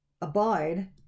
abide